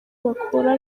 bakora